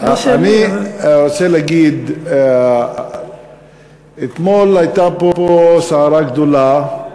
אני רוצה להגיד שאתמול הייתה פה סערה גדולה,